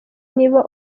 niba